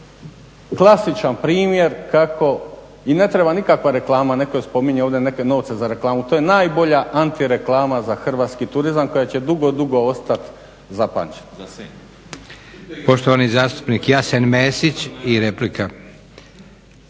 klasičan primjer kako i ne treba nikakva reklama. Netko je spominjao ovdje neke novce za reklamu. To je najbolja antireklama za hrvatski turizam koja će dugo, dugo ostati zapamćena. **Leko, Josip (SDP)** Poštovani zastupnik Jasen Mesić i replika.